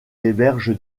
héberge